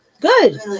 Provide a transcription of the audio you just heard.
Good